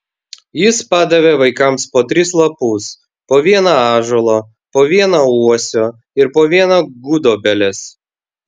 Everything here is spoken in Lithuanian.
jis padavė vaikams po tris lapus po vieną ąžuolo po vieną uosio ir po vieną gudobelės